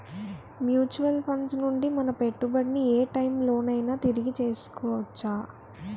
Mutual funds నుండి మన పెట్టుబడిని ఏ టైం లోనైనా తిరిగి తీసుకోవచ్చా?